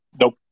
Nope